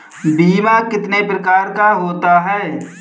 बीमा कितने प्रकार का होता है?